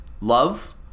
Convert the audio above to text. love